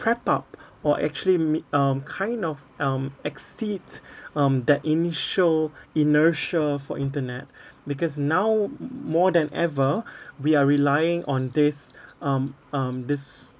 prep up or actually meet um kind of um exceeds um that initial inertia for internet because now more than ever we are relying on this um um this